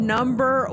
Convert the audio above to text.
Number